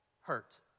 hurt